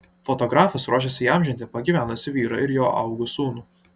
fotografas ruošiasi įamžinti pagyvenusį vyrą ir jo augų sūnų